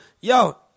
yo